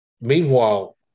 meanwhile